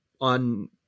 on